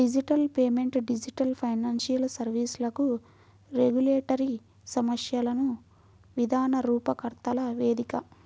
digital payment digital financial సర్వీస్లకు regulatory సమస్యలను విధాన రూపకర్తల వేదిక